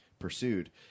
pursued